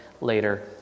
later